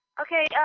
Okay